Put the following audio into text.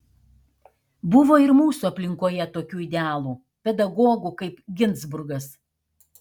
buvo ir mūsų aplinkoje tokių idealų pedagogų kaip ginzburgas